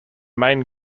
main